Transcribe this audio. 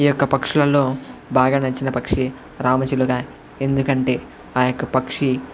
ఈ యొక్క పక్షులలో బాగా నచ్చిన పక్షి రామచిలుక ఎందుకంటే ఆ యొక్క పక్షి